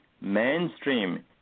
mainstream